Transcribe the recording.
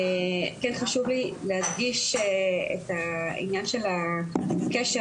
כן חשוב לי להדגיש את העניין של הקשר